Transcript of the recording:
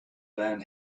then